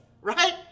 right